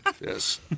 Yes